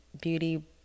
beauty